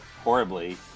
horribly